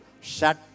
Shut